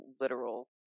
literal